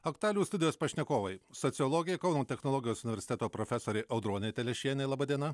aktualijų studijos pašnekovai sociologė kauno technologijos universiteto profesorė audronė telešienė laba diena